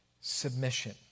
submission